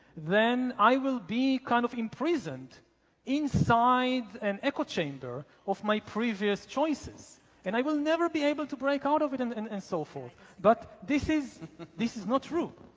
then i will be kind of imprisoned inside an echo chamber of my previous choices and i will never be able to break out of it and and and so forth but this is this is not true.